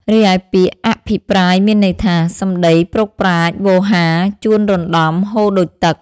រីឯពាក្យ អភិប្រាយមានន័យថា សំដីព្រោកប្រាជ្ញ វោហារ ជួនរណ្ដំ ហូរដូចទឹក។